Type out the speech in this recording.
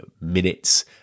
minutes